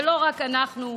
ולא רק אנחנו,